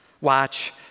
Watch